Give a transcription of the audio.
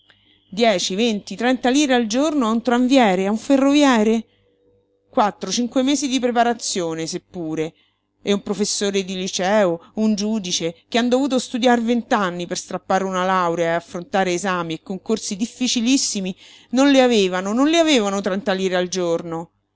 dieci venti trenta lire al giorno a un tramviere a un ferroviere quattro cinque mesi di preparazione seppure e un professor di liceo un giudice che han dovuto studiar vent'anni per strappare una laurea e affrontare esami e concorsi difficilissimi non le avevano non le avevano trenta lire al giorno